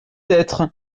être